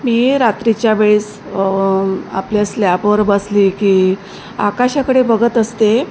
मी रात्रीच्या वेळेस आपल्या स्लॅपवर बसली की आकाशाकडे बघत असते